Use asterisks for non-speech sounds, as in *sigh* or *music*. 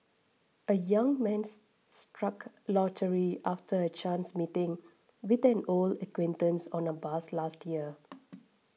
a young man struck lottery after a chance meeting with an old acquaintance on a bus last year *noise*